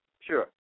Sure